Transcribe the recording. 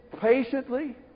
patiently